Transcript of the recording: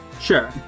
Sure